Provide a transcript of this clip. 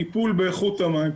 טיפול באיכות המים,